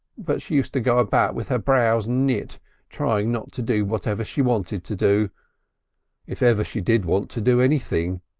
but she used to go about with her brows knit trying not to do whatever she wanted to do if ever she did want to do anything